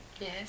Yes